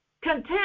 content